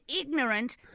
ignorant